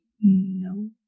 No